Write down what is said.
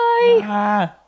Bye